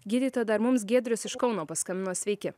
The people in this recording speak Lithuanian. gydytoja dar mums giedrius iš kauno paskambino sveiki